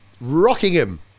Rockingham